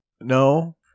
No